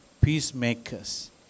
Peacemakers